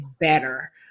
better